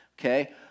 okay